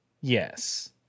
Yes